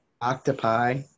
Octopi